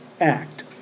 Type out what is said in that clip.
act